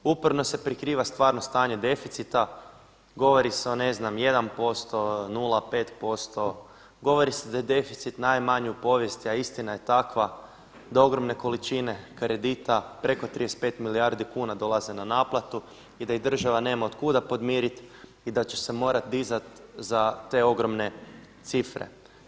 Uporno se prikriva stvarno stanje deficita, govori se o ne znam 1%, 0,5%, govori se da je deficit najmanji u povijesti a istina je takva da ogromne količine kredita preko 35 milijardi kuna dolaze na naplatu i da ih država nema otkuda podmiriti i da će se morati dizati za te ogromne cifre.